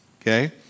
okay